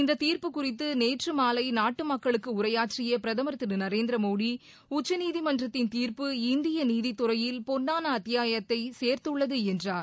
இந்தத் தீர்ப்பு குறித்து நேற்று மாலை நாட்டு மக்களுக்கு உரையாற்றிய பிரதமர் திரு நரேந்திரமோடி உச்சநீதிமன்றத்தின் தீர்ப்பு இந்திய நீதித்துறையில் பொன்னான அத்தியாயத்தை சேர்த்துள்ளது என்றார்